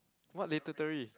what literary